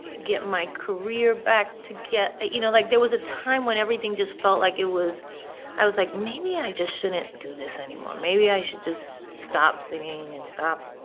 get my career back to get you know, like, there was a time when everything just felt like it was i was like maybe i just shouldn't do this anymore, maybe i should just stop singing and stop